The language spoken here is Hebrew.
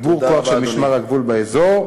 ותגבור כוח של משמר הגבול באזור,